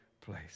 place